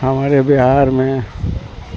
ہمارے بہار میں